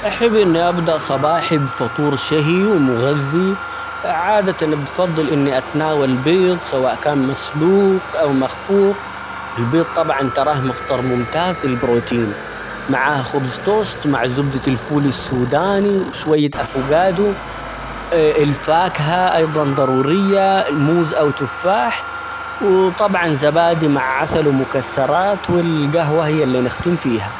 أحب إني أبدأ صباحي بفطور شهي، ومغذي عادة بفضل إني أتناول بيض سواء كان مسلوق، أو مخفوق، البيض طبعًا تراه مصدر ممتاز للبروتين، معاه خبز توست ،مع زبدة الفول السوداني، وشوية أفوكادو، الفاكهة أيضًا ضرورية الموز ،أو تفاح ، وطبعًا زبادي مع عسل، ومكسرات والقهوة هي اللي نختم فيها.